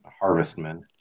harvestman